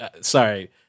sorry